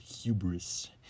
hubris